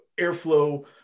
Airflow